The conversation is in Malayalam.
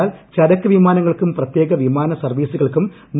എന്നാൽ ചരക്ക് വിമാനങ്ങൾക്കും പ്രത്യേക വിമാന സർവ്വീസുകൾക്കും ബാധകമാവില്ല